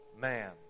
man